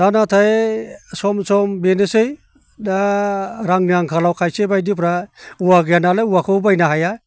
दा नाथाय सम सम बेनोसै दा रांनि आंखालाव खायसे बायदिफ्रा औवा गैया नालाय औवाखौबो बायनो हाया